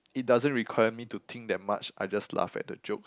it doesn't require me to think that much I just laugh at the jokes